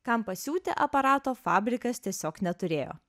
kam pasiūti aparato fabrikas tiesiog neturėjo